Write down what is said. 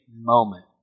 moment